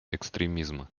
экстремизма